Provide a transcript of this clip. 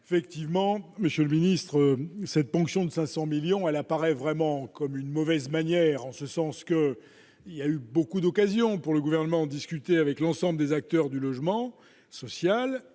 effectivement, monsieur le ministre, cette ponction de 500 millions elle apparaît vraiment comme une mauvaise manière en ce sens que il y a eu beaucoup d'occasions pour le gouvernement, en discuter avec l'ensemble des acteurs du logement social,